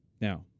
Now